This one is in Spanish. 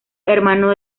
hermano